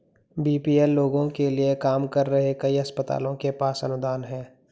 BPL लोगों के लिए काम कर रहे कई अस्पतालों के पास अनुदान हैं